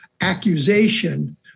accusation